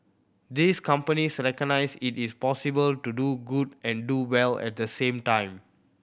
these companies recognise it is possible to do good and do well at the same time